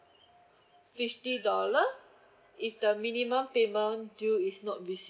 fifty dollars if the minimum payment due is not rece~